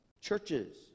Churches